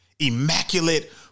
immaculate